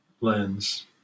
lens